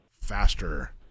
faster